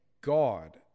God